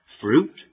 fruit